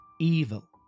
evil